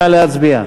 נא להצביע.